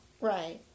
right